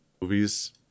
movies